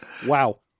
Wow